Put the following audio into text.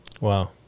Wow